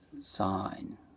sign